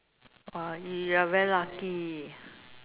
!wah! you are very lucky